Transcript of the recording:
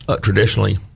traditionally